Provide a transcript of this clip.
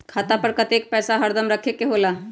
खाता पर कतेक पैसा हरदम रखखे के होला?